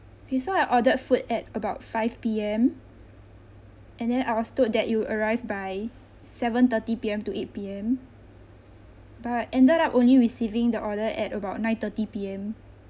okay so I ordered food at about five P_M and then I was told that you arrive by seven thirty P_M to eight P_M but ended up only receiving the order at about nine thirty P_M